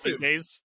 days